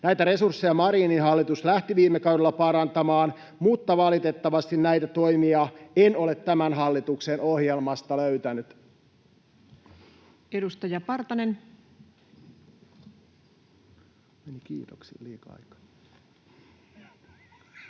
Näitä resursseja Marinin hallitus lähti viime kaudella parantamaan, mutta valitettavasti näitä toimia en ole tämän hallituksen ohjelmasta löytänyt. Edustaja Partanen. Arvoisa puhemies!